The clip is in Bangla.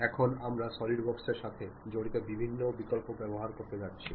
এখন আমরা সলিড ওয়ার্কসের সাথে জড়িত বিভিন্ন বিকল্প ব্যবহার করতে যাচ্ছি